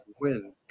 win